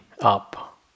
up